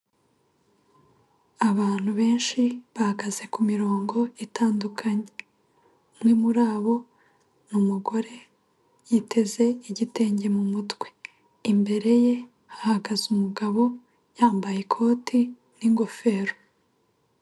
Abantu benshi bahagaze kurongo itandukanye, umwe muri abo ni umugore yiteze igitenge mumutwe, imbere ye ahagaze umugabo yambaye ikote n'ingofero.